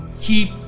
keep